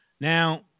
Now